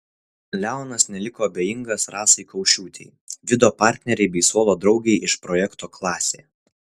leonas neliko abejingas rasai kaušiūtei vido partnerei bei suolo draugei iš projekto klasė